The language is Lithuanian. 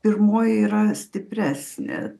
pirmoji yra stipresnė